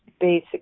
basic